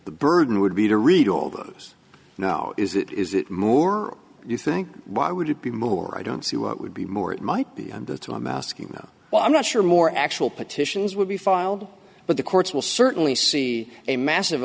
the burden would be to read all those now is it is it more do you think why would it be more i don't see what would be more it might be and that's all i'm asking about well i'm not sure more actual petitions would be filed but the courts will certainly see a massive